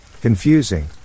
Confusing